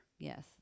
Yes